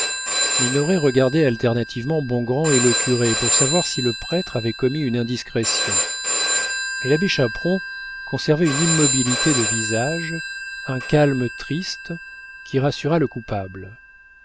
minoret regardait alternativement bongrand et le curé pour savoir si le prêtre avait commis une indiscrétion mais l'abbé chaperon conservait une immobilité de visage un calme triste qui rassura le coupable